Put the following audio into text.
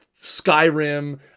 Skyrim